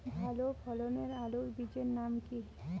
ভালো ফলনের আলুর বীজের নাম কি?